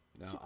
Now